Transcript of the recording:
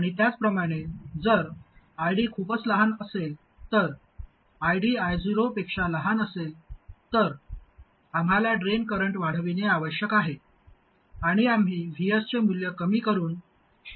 आणि त्याचप्रमाणे जर ID खूपच लहान असेल तर ID I0 पेक्षा लहान असेल तर आम्हाला ड्रेन करंट वाढविणे आवश्यक आहे आणि आम्ही Vs चे मूल्य कमी करुन ते करू